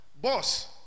boss